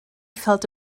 felt